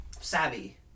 savvy